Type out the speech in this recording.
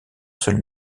seul